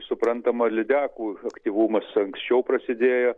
suprantama lydekų aktyvumas anksčiau prasidėjo